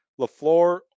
LaFleur